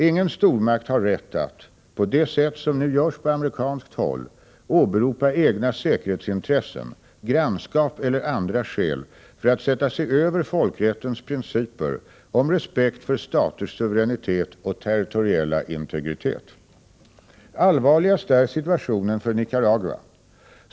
Ingen stormakt har rätt att — på det sätt som nu görs på amerikanskt håll — åberopa egna säkerhetsintressen, grannskap eller andra skäl för att sätta sig över folkrättens principer om respekt för staters suveränitet och territoriella integritet. Allvarligast är situationen för Nicaragua.